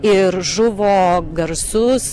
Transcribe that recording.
ir žuvo garsus